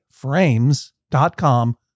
Frames.com